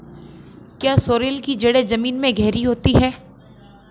क्या सोरेल की जड़ें जमीन में गहरी होती हैं?